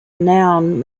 noun